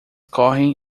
correm